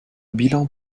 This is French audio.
bilan